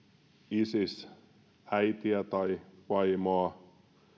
isis äitiä tai vaimoa